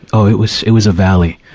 oh, it was, it was a valley.